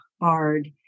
hard